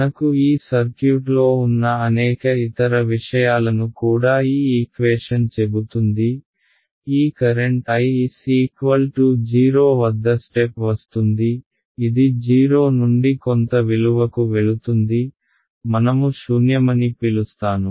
మనకు ఈ సర్క్యూట్లో ఉన్న అనేక ఇతర విషయాలను కూడా ఈ ఈక్వేషన్ చెబుతుంది ఈ కరెంట్ I s 0 వద్ద స్టెప్ వస్తుంది ఇది 0 నుండి కొంత విలువకు వెళుతుంది మనము శూన్యమని పిలుస్తాను